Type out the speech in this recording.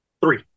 Three